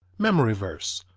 memory verse,